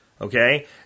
Okay